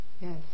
yes